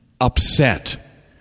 upset